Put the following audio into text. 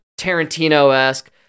Tarantino-esque